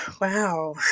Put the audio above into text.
Wow